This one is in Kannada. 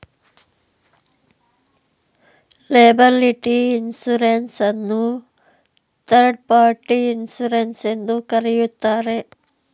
ಲೇಬಲ್ಇಟಿ ಇನ್ಸೂರೆನ್ಸ್ ಅನ್ನು ಥರ್ಡ್ ಪಾರ್ಟಿ ಇನ್ಸುರೆನ್ಸ್ ಎಂದು ಕರೆಯುತ್ತಾರೆ